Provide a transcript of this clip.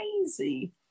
crazy